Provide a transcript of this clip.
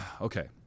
okay